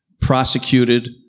prosecuted